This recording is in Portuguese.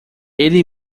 ele